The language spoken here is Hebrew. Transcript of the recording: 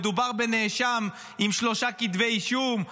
מדובר בנאשם עם שלושה כתבי אישום,